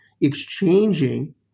exchanging